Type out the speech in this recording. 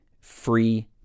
free